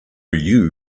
you